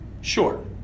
Sure